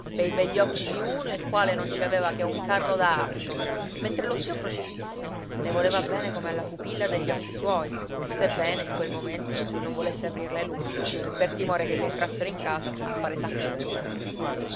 pei begli occhi di uno il quale non ci aveva che un carro da asino mentre lo zio crocifisso le voleva bene come alla pupilla degli occhi suoi sebbene in quel momento non volesse aprirle l'uscio per timore che gli entrassero in casa a fare sacco